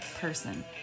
person